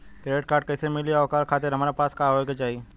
Credit card कैसे मिली और ओकरा खातिर हमरा पास का होए के चाहि?